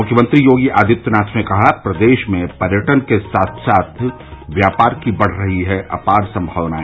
मुख्यमंत्री योगी आदित्यनाथ ने कहा प्रदेश में पर्यटन के साथ साथ व्यापार की बढ़ रही है अपार संभावनाए